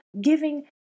giving